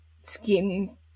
skin